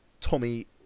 tommy